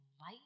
light